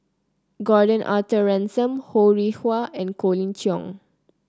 Gordon Arthur Ransome Ho Rih Hwa and Colin Cheong